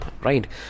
right